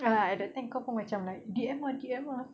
ya at that time kau pun macam D_M ah D_M